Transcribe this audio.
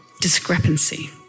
discrepancy